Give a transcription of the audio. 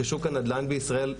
ששוק הנדל"ן בישראל,